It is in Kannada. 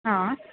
ಹಾಂ